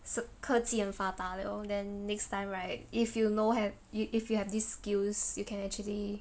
s~ 科技很发达 liao then next time right if you no have you if if you have these skills you can actually